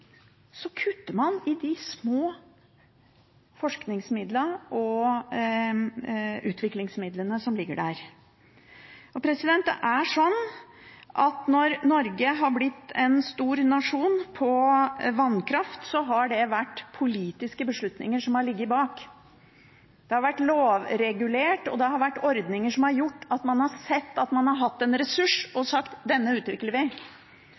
så kutter man i de små forskningsmidlene og utviklingsmidlene som ligger der. Det er sånn at når Norge har blitt en stor nasjon på vannkraft, har det vært politiske beslutninger som har ligget bak. Det har vært lovregulert, og det har vært ordninger som har gjort at man har sett at man har hatt en ressurs og sagt at denne utvikler vi.